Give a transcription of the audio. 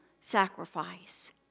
sacrifice